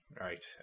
right